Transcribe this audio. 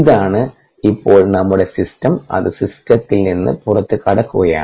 ഇതാണ് ഇപ്പോൾ നമ്മുടെ സിസ്റ്റം അത് സിസ്റ്റത്തിൽ നിന്ന് പുറത്തുകടക്കുകയാണ്